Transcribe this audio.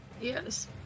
Yes